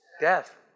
death